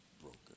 broken